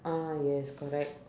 ah yes correct